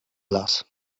las